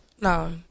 No